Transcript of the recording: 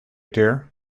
dear